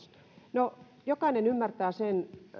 no jokainen ymmärtää sen